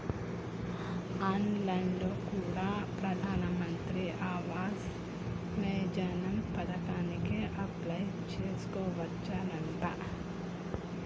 on line లో కూడా ప్రధాన్ మంత్రి ఆవాస్ యోజన పథకానికి అప్లై చేసుకోవచ్చునంట